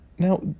Now